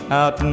out